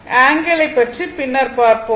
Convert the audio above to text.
ஆங்கிளை பற்றி பின்னர் பார்ப்போம்